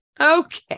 okay